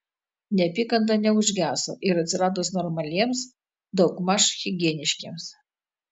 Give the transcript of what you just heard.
neapykanta neužgeso ir atsiradus normaliems daugmaž higieniškiems